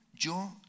yo